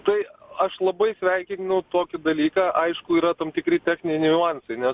tai aš labai sveikinu tokį dalyką aišku yra tam tikri techniniai niuansai nes